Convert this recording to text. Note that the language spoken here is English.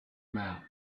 map